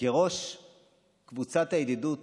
כראש קבוצת הידידות